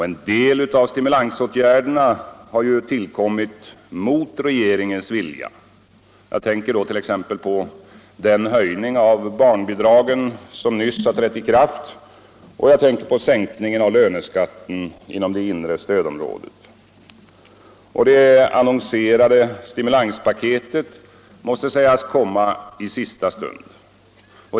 En del av stimulansåtgärderna har tillkommit mot regeringens vilja. Det gäller bl.a. den höjning av barnbidragen som nyss trätt i kraft och sänkningen av löneskatten inom inre stödområdet. Det annonserade stimulanspaketet måste sägas komma i sista stund.